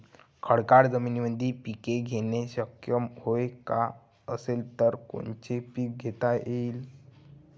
खडकाळ जमीनीमंदी पिके घेणे शक्य हाये का? असेल तर कोनचे पीक घेता येईन?